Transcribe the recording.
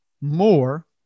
more